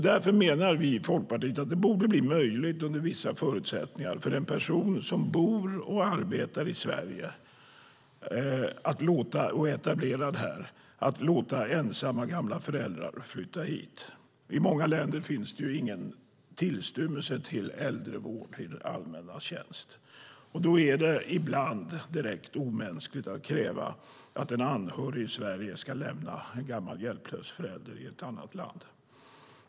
Därför menar vi i Folkpartiet att det borde bli möjligt, under vissa förutsättningar, för en person som bor och arbetar i Sverige, som är etablerad här, att låta ensamma gamla föräldrar flytta hit. I många länder finns ingen tillstymmelse till äldrevård i det allmännas tjänst. Då är det ibland direkt omänskligt att kräva att en anhörig i Sverige ska lämna en gammal hjälplös förälder i ett annat land.